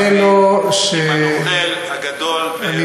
עם הנוכל הגדול ביותר באירופה.